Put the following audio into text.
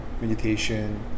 meditation